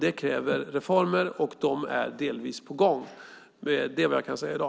Det kräver reformer, och de är delvis på gång. Det är vad jag kan säga i dag.